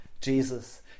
Jesus